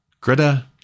Greta